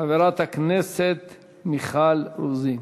חברת הכנסת מיכל רוזין.